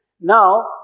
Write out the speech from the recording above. Now